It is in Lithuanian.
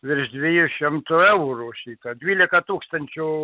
virš dviejų šimtų eurų šįkart dvylika tūkstančių